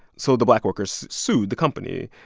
so the black workers sued the company.